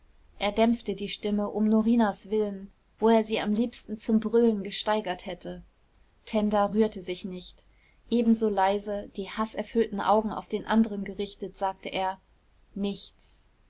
er dämpfte die stimme um norinas willen wo er sie am liebsten zum brüllen gesteigert hätte tenda rührte sich nicht ebenso leise die haßerfüllten augen auf den anderen gerichtet sagte er nichts